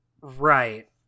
Right